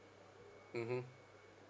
mmhmm